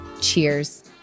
cheers